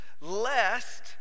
lest